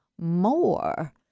more